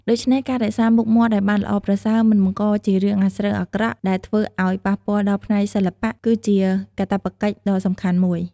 ដូច្នេះ ការរក្សាមុខមាត់ឱ្យបានល្អប្រសើរមិនបង្កជារឿងអាស្រូវអាក្រក់ដែលធ្វើអោយប៉ះពាល់ដល់ផ្នែកសិល្បះ គឺជាកាតព្វកិច្ចដ៏សំខាន់មួយ។